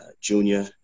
Junior